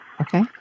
Okay